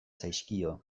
zaizkio